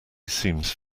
seems